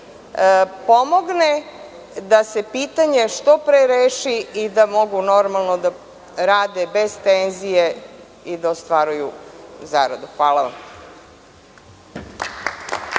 pomogne da se pitanje što pre reši i da mogu normalno da rade bez tenzije i da ostvaruju zaradu. Hvala vam.